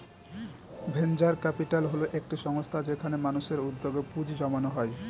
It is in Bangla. ভেঞ্চার ক্যাপিটাল হল একটি সংস্থা যেখানে মানুষের উদ্যোগে পুঁজি জমানো হয়